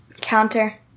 counter